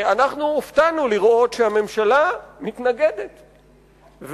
הופתענו לראות שהממשלה מתנגדת,